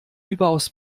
überaus